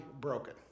broken